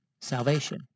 salvation